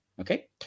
okay